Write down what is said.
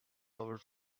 our